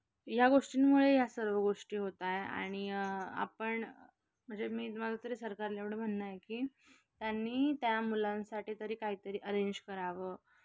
या गोष्टींमुळे या सर्व गोष्टी होत आहे आणि आपण म्हणजे मी माझ तरी सरकारला एवढं म्हणणं आहे की त्यांनी त्या मुलांसाठी तरी काहीतरी अरेंज करावं